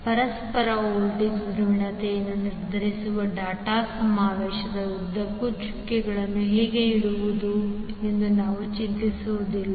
ಆದ್ದರಿಂದ ಪರಸ್ಪರ ವೋಲ್ಟೇಜ್ನ ಧ್ರುವೀಯತೆಯನ್ನು ನಿರ್ಧರಿಸಲು ಡಾಟ್ ಸಮಾವೇಶದ ಉದ್ದಕ್ಕೂ ಚುಕ್ಕೆಗಳನ್ನು ಹೇಗೆ ಇಡುವುದು ಎಂದು ನಾವು ಚಿಂತಿಸುವುದಿಲ್ಲ